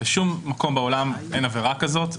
בשום מקום בעולם אין עבירה כזאת.